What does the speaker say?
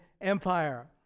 Empire